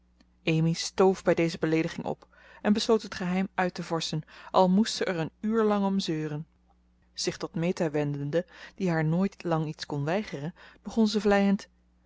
amy stoof bij deze beleediging op en besloot het geheim uit te vorschen al moest ze er een uur lang om zeuren zich tot meta wendende die haar nooit lang iets kon weigeren begon ze vleiend